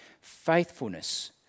faithfulness